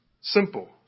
simple